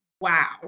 wow